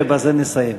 ובזה נסיים.